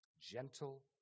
gentle